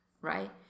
right